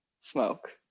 smoke